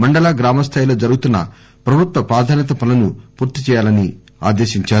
మండల గ్రామస్దాయిలో జరుగుతున్న ప్రభుత్వ ప్రాధాన్యత పనులను పూర్తిచేయాలన్నారు